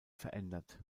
verändert